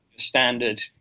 standard